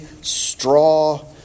straw